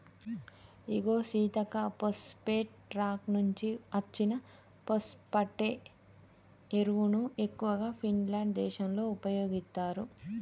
ఇగో Seethakka phosphate rock నుంచి అచ్చిన phosphate ఎరువును ఎక్కువగా ఫిన్లాండ్ దేశంలో ఉపయోగిత్తారు